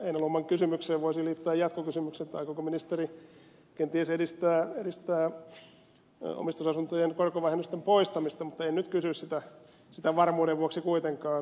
heinäluoman kysymykseen voisi liittää jatkokysymyksen aikooko ministeri kenties edistää omistusasuntojen korkovähennysten poistamista mutta en nyt kysy sitä varmuuden vuoksi kuitenkaan